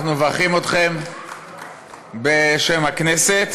אנחנו מברכים אתכם בשם הכנסת.